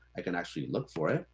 i can actually look for it.